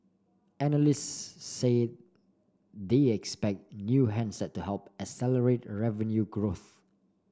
analysts say they expect new handset to help accelerate revenue growth